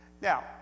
Now